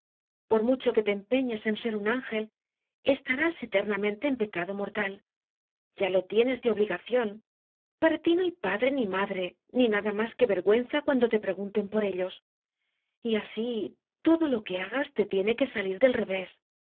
por mucho que te empeñes en ser un ángel estarás eternamente en pecado mortal ya lo tienes de obligación para ti no hay padre ni madre ni nada más que vergüenza cuando te pregunten por ellos y así todo lo que hagas te tiene que salir del revés